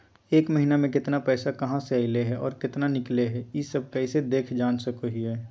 एक महीना में केतना पैसा कहा से अयले है और केतना निकले हैं, ई सब कैसे देख जान सको हियय?